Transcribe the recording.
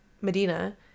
Medina